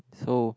so